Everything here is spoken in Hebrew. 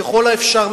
ככל האפשר,